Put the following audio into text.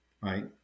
right